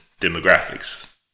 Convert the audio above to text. demographics